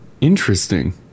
Interesting